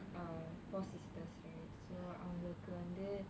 uh four sisters right so அவங்களுக்கு வந்து:avangalukku vanthu